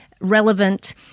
relevant